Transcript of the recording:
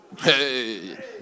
Hey